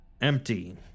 Empty